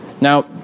Now